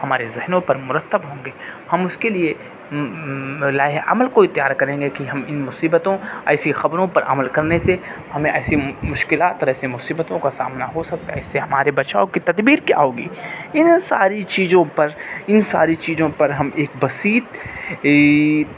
ہمارے ذہنوں پر مرتب ہوں گے ہم اس کے لیے لائحہ عمل کوئی تیار کریں گے کہ ہم ان مصیبتوں ایسی خبروں پر عمل کرنے سے ہمیں ایسی مشکلات اور ایسی مصیبتوں کا سامنا ہو سکتا ہے اس سے ہمارے بچاؤ کی تدبیر کیا ہوگی ان ساری چیجوں پر ان ساری چیجوں پر ہم ایک بسیط